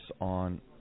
on